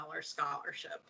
scholarship